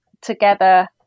together